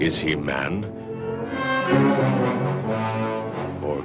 is he man or